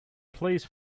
please